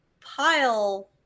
pile